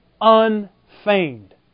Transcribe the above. unfeigned